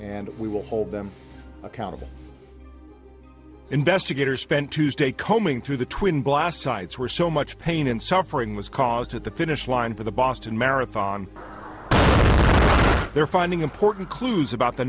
and we will hold them accountable investigators spent tuesday combing through the twin blasts sites were so much pain and suffering was caused at the finish and for the boston marathon they're finding important clues about the